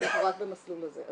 אנחנו רק במסלול הזה.